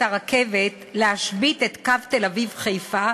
את הרכבת להשבית את קו תל-אביב חיפה,